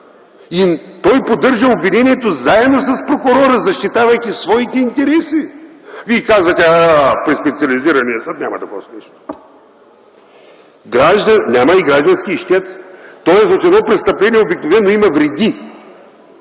Той поддържа обвинението заедно с прокурора, защитавайки своите интереси. Вие казвате: „Ааа, при специализирания съд няма такова нещо!”. Няма и граждански ищец. Тоест в едно престъпление обикновено има вреди.